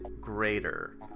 greater